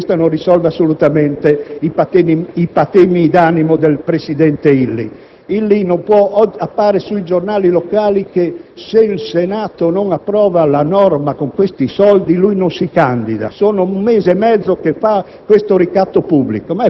una nuova norma e che questa non risolve assolutamente i patemi d'animo del presidente Illy. Quest'ultimo ha dichiarato sui giornali locali che, se il Senato non approverà la norma con questi soldi, egli non si candiderà. È da un mese mezzo che fa